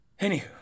Anywho